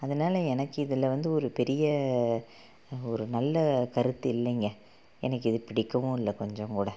அதனால எனக்கு இதில் வந்து ஒரு பெரிய ஒரு நல்ல கருத்து இல்லைங்க எனக்கு இது பிடிக்கவும் இல்லை கொஞ்சம் கூட